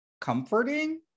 comforting